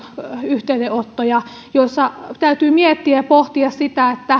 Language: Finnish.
yhteydenottoja joissa täytyy miettiä ja pohtia sitä